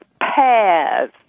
pairs